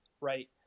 right